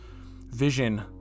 vision